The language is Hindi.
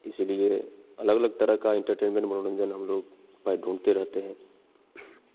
इसीलिए अलग अलग तरह का इंटरटेनमेंट मनोरंजन हम लोग भाई ढूँढ़ते रहते हैं